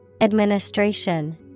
Administration